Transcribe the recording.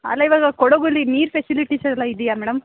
ಅಲ್ಲ ಇವಾಗ ಕೊಡಗಲ್ಲಿ ನೀರು ಫೆಸಿಲಿಟಿಸ್ ಎಲ್ಲ ಇದೆಯಾ ಮೇಡಮ್